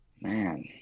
Man